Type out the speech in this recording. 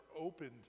opened